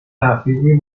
تحقیقی